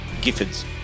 Gifford's